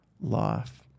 life